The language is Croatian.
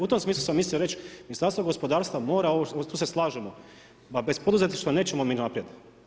U tom smislu sam mislio reći, Ministarstvo gospodarstva, mora, tu se slažemo, pa bez poduzetništva nećemo ni naprijed.